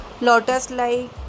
lotus-like